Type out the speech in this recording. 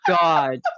god